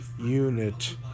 unit